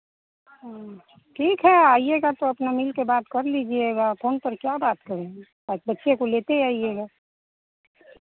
हाँ ठीक है आइएगा तो अपना मिल के बात कर लीजिएगा फोन पर क्या बात करेंगे आप बच्चे को लेते आइएगा